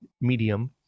medium